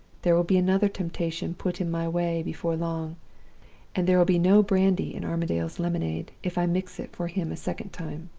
there will be another temptation put in my way before long and there will be no brandy in armadale's lemonade if i mix it for him a second time.